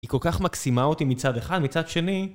היא כל כך מקסימה אותי מצד אחד מצד שני